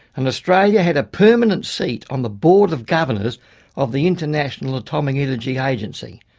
and australia had a permanent seat on the board of governors of the international atomic energy agency.